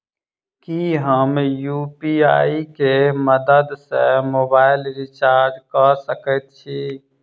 की हम यु.पी.आई केँ मदद सँ मोबाइल रीचार्ज कऽ सकैत छी?